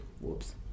whoops